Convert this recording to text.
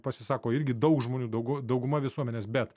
pasisako irgi daug žmonių daug dauguma visuomenės bet